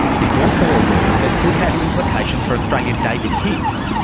it's also a ruling that could have implications for australian david hicks.